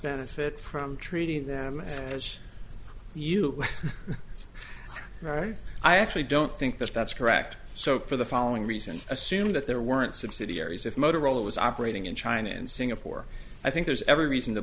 benefit from treating them as you are right i actually don't think that that's correct so for the following reason assuming that there weren't subsidiaries if motorola was operating in china and singapore i think there's every reason to